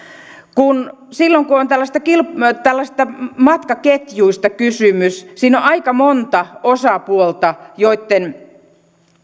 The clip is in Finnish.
silloin kun on tällaisista matkaketjuista kysymys siinä on aika monta osapuolta joitten